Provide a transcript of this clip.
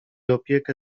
opiekę